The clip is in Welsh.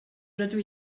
rydw